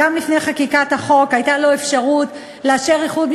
כזרוע של הרשות המחוקקת,